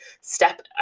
step